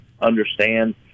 understand